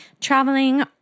traveling